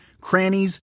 crannies